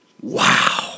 Wow